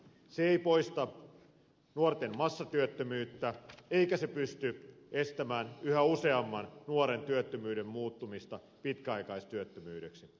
se ei poista nuorten massatyöttömyyttä eikä se pysty estämään yhä useamman nuoren työttömyyden muuttumista pitkäaikaistyöttömyydeksi